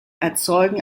erzeugen